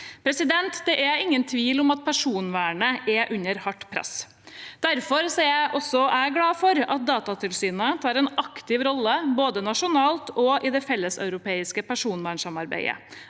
seg. Det er ingen tvil om at personvernet er under hardt press. Derfor er også jeg glad for at Datatilsynet tar en aktiv rolle både nasjonalt og i det felleseuropeiske personvernsamarbeidet